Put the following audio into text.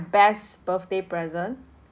best birthday present